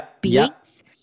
beings